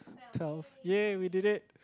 twelve ya we did it